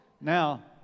Now